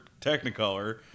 Technicolor